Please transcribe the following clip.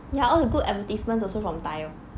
ya all the good advertisements also from thai lor